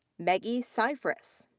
meggie scifres.